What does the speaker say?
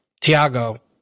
Tiago